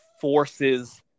forces